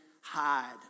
hide